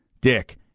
Dick